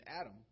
adam